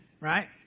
right